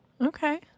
Okay